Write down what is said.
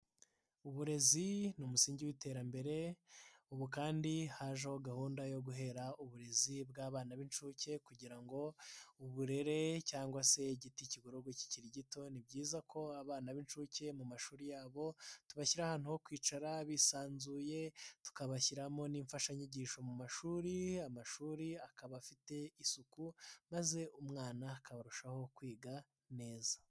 Uburezi ni umusingi w'iterambere, ubu kandi hajeho gahunda yo guhera uburezi bw'abana b'inshuke kugira ngo uburere cyangwa se igiti kigororwe kikiri gito; ni byiza ko abana b'inshuke mu mashuri yabo tubashyiriraho ahantu ho kwicara bisanzuye, tukabashyiriramo n'imfashanyigisho mu mashuri, amashuri akaba afite isuku maze umwana akarushaho kwiga neza.